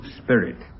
spirit